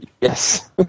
Yes